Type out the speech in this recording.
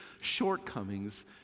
shortcomings